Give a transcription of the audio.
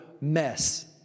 mess